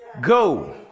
Go